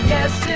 Yes